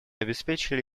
обеспечили